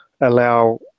allow